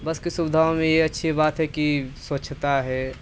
बस की सुविधाओं में ये अच्छी बात है कि स्वच्छता है